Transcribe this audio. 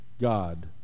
God